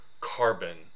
carbon